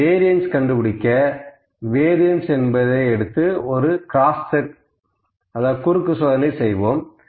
இந்த வேரியண்ஸ் கண்டுபிடிக்க வேரியண்ஸ் என்பதை எடுத்து குறுக்கு சோதனை செய்வோம்